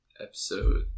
Episode